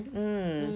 mm